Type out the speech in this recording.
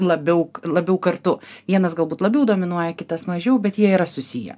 labiau labiau kartu vienas galbūt labiau dominuoja kitas mažiau bet jie yra susiję